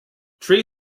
tree